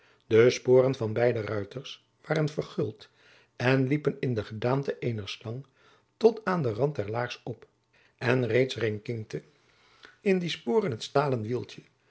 de sporen van beide ruiters waren verguld en liepen in de gedaante eener slang tot aan den rand der laars op en reeds rinkinkte in die sporen het stalen wieltje